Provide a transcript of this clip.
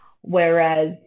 whereas